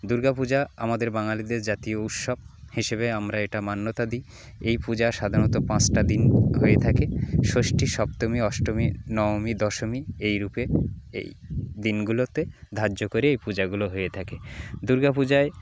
দূর্গা পূজা আমাদের বাঙালিদের জাতীয় উৎসব হিসেবে আমরা এটা মান্যতা দিই এই পূজা সাধারণত পাঁচটা দিন হয়ে থাকে ষষ্ঠী সপ্তমী অষ্টমী নবমী দশমী এই রূপে এই দিনগুলোতে ধায্য করে এই পূজাগুলো হয়ে থাকে দূর্গা পূজায়